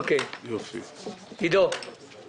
עידו, בבקשה.